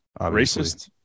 racist